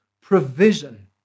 provision